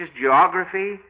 geography